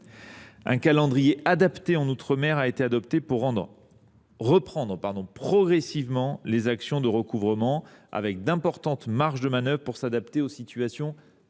Un calendrier adapté aux outre mer a été adopté pour reprendre progressivement les actions de recouvrement, avec d’importantes marges de manœuvre pour s’adapter aux situations